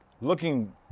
looking